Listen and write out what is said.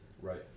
right